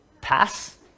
pass